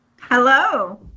Hello